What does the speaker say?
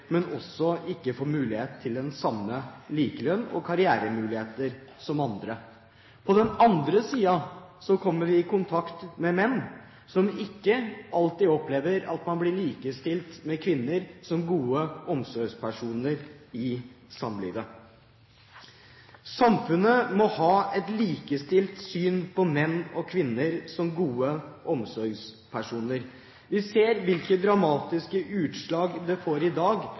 men også at man ikke får mulighet til den samme likelønn og får samme karrieremuligheter som andre. På den andre siden kommer vi i kontakt med menn som ikke alltid opplever at man blir likestilt med kvinner som gode omsorgspersoner i samlivet. Samfunnet må ha et likestilt syn på menn og kvinner som gode omsorgspersoner. Vi ser hvilke dramatiske utslag det får i dag,